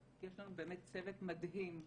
יש לנו באמת צוות מדהים,